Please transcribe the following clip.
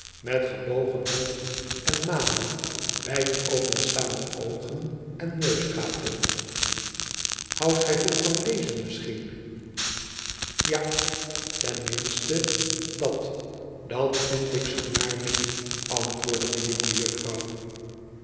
met gebogen hoofd en manen wijd openstaande oogen en neusgaten gij houdt veel van lezen misschien ja ten minste dat dat vind ik zoonaar niet antwoordde de jonge juffi ouw